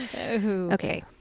Okay